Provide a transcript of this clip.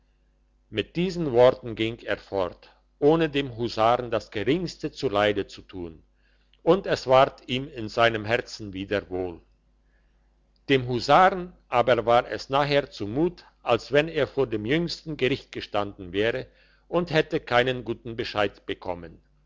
mit diesen worten ging er fort ohne dem husaren das geringste zuleide zu tun und es ward ihm in seinem herzen wieder wohl dem husaren aber war es nachher zumut als wenn er vor dem jüngsten gericht gestanden wäre und hätte keinen guten bescheid bekommen